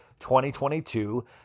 2022